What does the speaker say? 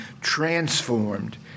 transformed